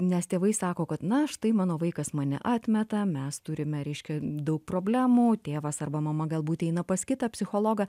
nes tėvai sako kad na štai mano vaikas mane atmeta mes turime reiškia daug problemų tėvas arba mama galbūt eina pas kitą psichologą